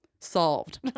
Solved